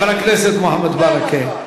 חבר הכנסת מוחמד ברכה.